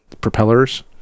propellers